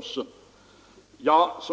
klarades av.